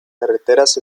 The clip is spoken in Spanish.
carreteras